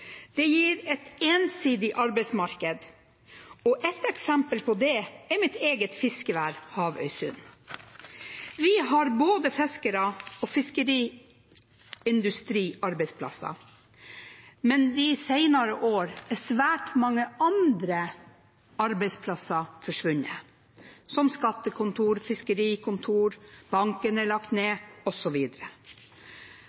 Det gir et ensidig arbeidsmarked. Et eksempel på det er mitt eget fiskevær, Havøysund. Vi har både fiskere og fiskeriindustriarbeidsplasser, men de senere år er svært mange andre arbeidsplasser forsvunnet, som skattekontor, fiskerikontor, banken er lagt ned,